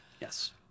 yes